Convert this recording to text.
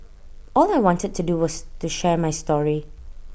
all I wanted to do was to share my story